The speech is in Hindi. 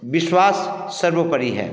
विश्वास सर्वोपरि है